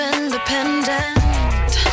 Independent